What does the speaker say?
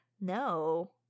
No